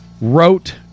wrote